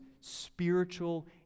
spiritual